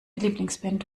lieblingsband